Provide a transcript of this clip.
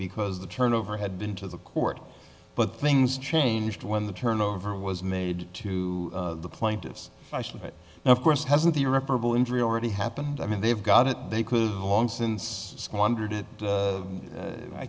because the turnover had been to the court but things changed when the turnover was made to the plaintiff's i see it now of course hasn't irreparable injury already happened i mean they've got it they could long since squandered it